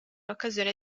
occasione